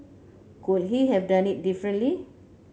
could he have done it differently